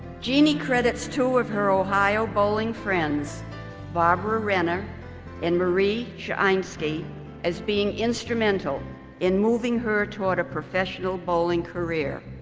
jeanne credits two of her ohio bowling friends barbara renner and marie sherbinsky as being instrumental in moving her toward a professional bowling career.